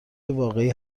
واقعی